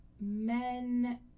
men